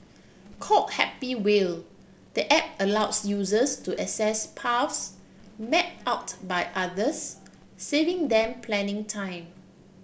called Happy Wheel the app allows users to access paths mapped out by others saving them planning time